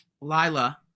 Lila